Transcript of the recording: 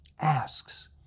asks